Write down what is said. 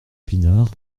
pinard